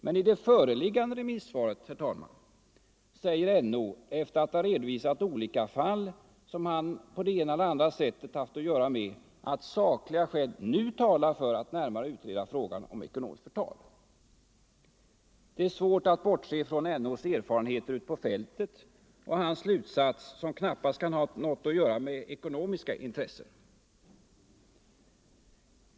I det föreliggande remissvaret säger dock NO, efter att ha redovisat olika fall som han på det ena eller andra sättet haft att göra med, att sakliga skäl talar för att närmare utreda frågan om ekonomiskt förtal. Det är svårt att bortse från NO:s erfarenheter ute på fältet och hans slutsats, som knappast kan ha något att göra med ekonomiska intressen.